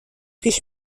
پیش